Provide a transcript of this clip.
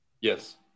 Yes